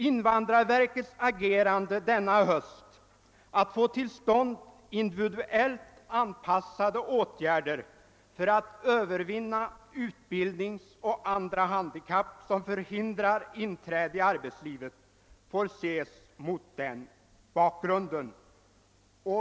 Invandrarverkets agerande denna höst i syfte att få till stånd individuellt anpassade åtgärder för att övervinna bristen i utbildning och andra handikapp som förhindrar inträde i arbetslivet får ses mot den bakgrunden.